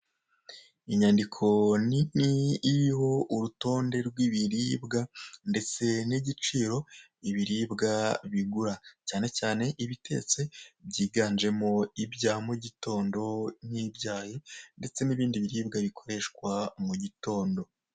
Inyandiko nini iriho urutonde rw'ibiribwa ndetse n'igiciro ibiribwa bigura cyane cyane ibitetse byiganjemo ibya mugitondo nk'ibyayi ndetse n'ibindi biribwa bikoreshwa mu gitondo.